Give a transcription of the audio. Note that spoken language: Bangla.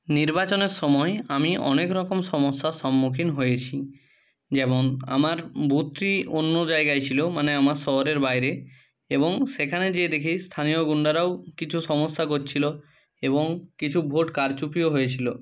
নির্বাচনের সময় আমি অনেক রকম সমস্যার সম্মুখীন হয়েছি যেমন আমার বুথটি অন্য জায়গায় ছিলো মানে আমার শহরের বাইরে এবং সেখানে যেয়ে দেখি স্থানীয় গুন্ডারাও কিছু সমস্যা করছিলো এবং কিছু ভোট কারচুপিও হয়েছিলো